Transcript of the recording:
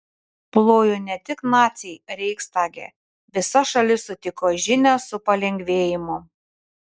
plojo ne tik naciai reichstage visa šalis sutiko žinią su palengvėjimu